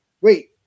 wait